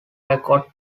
record